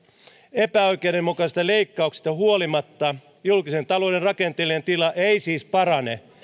epäoikeudenmukaisista leikkauksista huolimatta julkisen talouden rakenteellinen tila ei siis parane